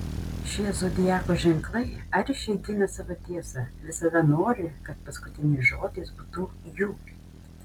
šie zodiako ženklai aršiai gina savo tiesą visada nori kad paskutinis žodis būtų jų